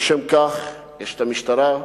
לשם כך, יש משטרה,